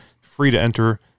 free-to-enter